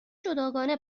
جداگانه